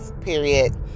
period